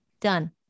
done